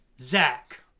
Zach